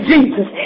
Jesus